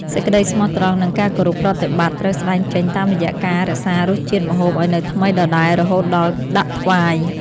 សេចក្តីស្មោះត្រង់ និងការគោរពប្រតិបត្តិត្រូវស្តែងចេញតាមរយៈការរក្សារសជាតិម្ហូបឱ្យនៅថ្មីដដែលរហូតដល់ដាក់ថ្វាយ។